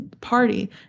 party